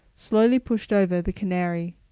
slowly pushed over the canary.